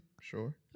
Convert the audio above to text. sure